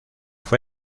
fue